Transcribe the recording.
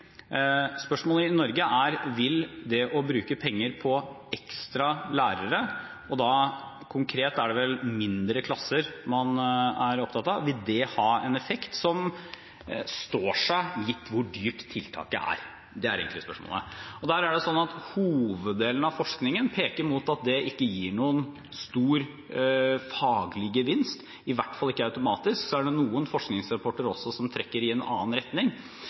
Spørsmålet i Norge er: Vil det å bruke penger på ekstra lærere – og da konkret er det vel mindre klasser man er opptatt av – ha en effekt som står seg, gitt hvor dyrt tiltaket er? Det er egentlig spørsmålet. Der er det sånn at hoveddelen av forskningen peker mot at det ikke gir noen stor faglig gevinst, i hvert fall ikke automatisk. Så er det noen forskningsrapporter som trekker i en annen retning.